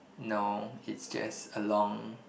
no it's just along